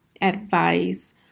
advice